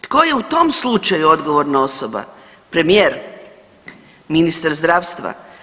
Tko je u tom slučaju odgovorna osoba, premijer, ministar zdravstva?